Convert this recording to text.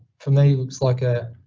for me looks like a,